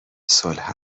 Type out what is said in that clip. صلح